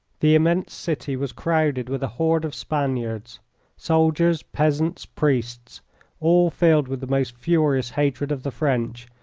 the immense city was crowded with a horde of spaniards soldiers, peasants, priests all filled with the most furious hatred of the french,